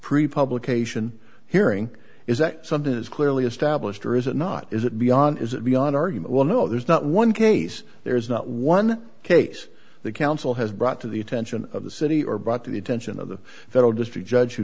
pre publication hearing is that something is clearly established or is it not is it beyond is it beyond argument well no there's not one case there is not one case the council has brought to the attention of the city or brought to the attention of the federal district judge who